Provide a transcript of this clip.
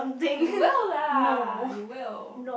you will lah you will